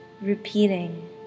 repeating